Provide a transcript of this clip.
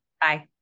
Bye